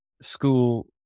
school